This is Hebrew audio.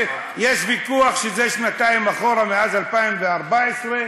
יש ויכוח שזה שנתיים אחורה מאז 2014,